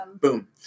Boom